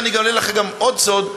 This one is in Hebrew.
ואני אגלה לך גם עוד סוד,